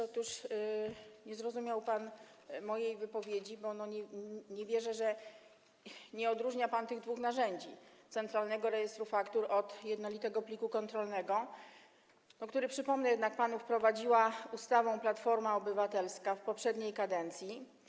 Otóż nie zrozumiał pan mojej wypowiedzi, bo nie wierzę, że nie odróżnia pan tych dwóch narzędzi: centralnego rejestru faktur od jednolitego pliku kontrolnego, który, przypomnę jednak panu, wprowadziła ustawą Platforma Obywatelska w poprzedniej kadencji.